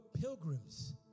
pilgrims